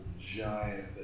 giant